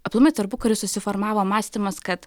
aplamai tarpukariu susiformavo mąstymas kad